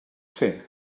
fer